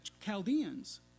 Chaldeans